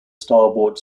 starboard